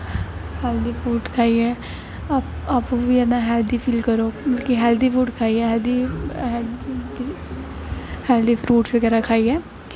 healthy food खाइयै अपने आप गी हैल्दी फील करो मतलब कि हैल्दी फूड खाइयै हैल्दी फ्रूटस बगैरा खाइयै